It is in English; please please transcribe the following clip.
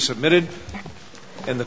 submitted and the